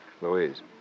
Louise